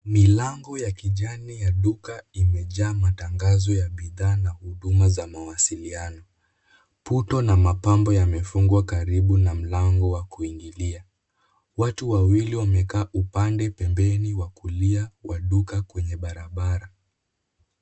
Milango ya kijani ya duka imejaa matangazo ya bidhaa na huduma za mawasiliano. Puto na mapambo yamefungwa karibu na mlango wa kuingilia. Watu wawili wamekaa upande pembeni wa kulia wa duka kwenye barabara.